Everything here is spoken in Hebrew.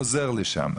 חוזר לשם.